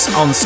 on